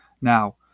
Now